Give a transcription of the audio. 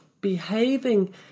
behaving